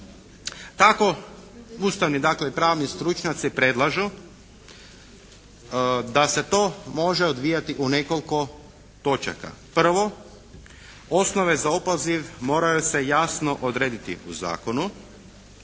Tako ustavni, dakle pravni stručnjaci predlažu da se to može odvijati u nekoliko točaka. Prvo, osnove za opoziv moraju se jasno odrediti u zakonu.